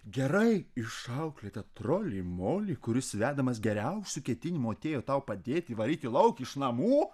gerai išauklėtą trolį molį kuris vedamas geriausių ketinimų atėjo tau padėti varyt jį lauk iš namų